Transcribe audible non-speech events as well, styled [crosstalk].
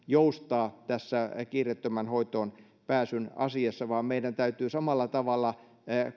[unintelligible] joustaa tässä kiireettömään hoitoon pääsyn asiassa vaan samalla tavalla